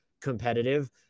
competitive